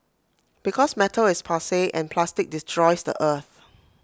because metal is passe and plastic destroys the earth